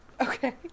Okay